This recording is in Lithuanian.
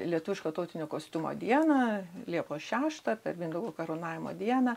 lietuviško tautinio kostiumo dieną liepos šeštą mindaugo karūnavimo dieną